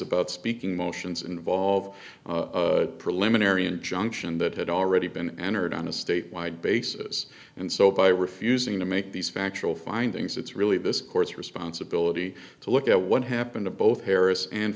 about speaking motions involve a preliminary injunction that had already been entered on a statewide basis and so by refusing to make these factual findings it's really this court's responsibility to look at what happened to both harris and